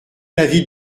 l’avis